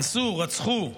אנסו, רצחו,